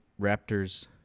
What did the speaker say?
Raptors